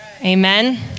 amen